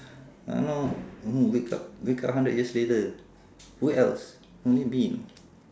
!hannor! wake up wake up hundred years later who else only me